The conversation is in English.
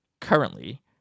currently